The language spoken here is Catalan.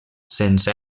sense